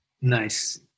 Nice